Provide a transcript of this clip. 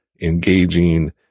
engaging